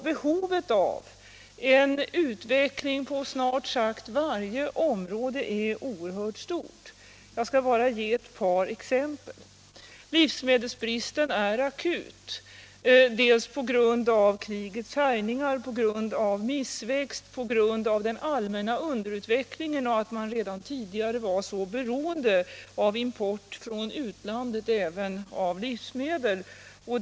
Behovet av utveckling på snart sagt varje område är oerhört stort. Jag skall bara ge ett par exempel. Livsmedelsbristen är akut på grund av krigets härjningar, på grund av missväxt, på grund av den allmänna underutvecklingen och på grund av att man redan tidigare var så beroende av import från utlandet även av livsmedel.